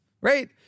Right